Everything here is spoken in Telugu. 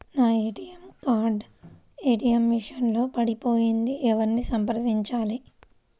నా ఏ.టీ.ఎం కార్డు ఏ.టీ.ఎం మెషిన్ లో పడిపోయింది ఎవరిని సంప్రదించాలి?